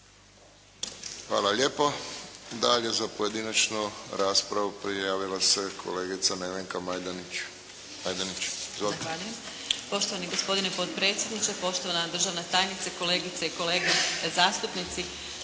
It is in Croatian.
Hvala lijepo. Dalje, za pojedinačnu raspravu prijavila se kolegica Nevenka Majdenić. Izvolite. **Majdenić, Nevenka (HDZ)** Zahvaljujem. Poštovani gospodine potpredsjedniče, poštovana državna tajnice, kolegice i kolege zastupnici.